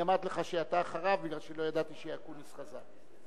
אני אמרתי לך שאתה אחריו כי לא ידעתי שאקוניס חזר.